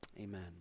amen